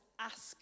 ask